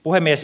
puhemies